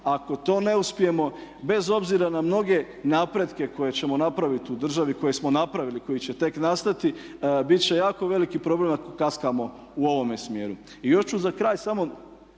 Ako to ne uspijemo bez obzira na mnoge napretke koje ćemo napraviti u državi, koje smo napravili, koji će tek nastati bit će jako veliki problem ako kaskamo u ovome smjeru. I još ću za kraj samo